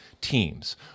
teams